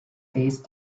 these